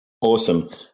Awesome